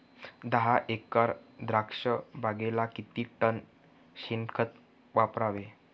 दहा एकर द्राक्षबागेला किती टन शेणखत वापरावे?